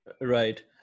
Right